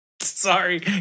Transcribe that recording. Sorry